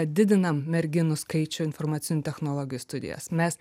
didinam merginų skaičių į informacinių technologijų studijas mes